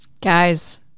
Guys